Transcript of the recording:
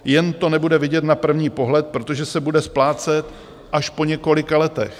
Jen to nebude vidět na první pohled, protože se bude splácet až po několika letech.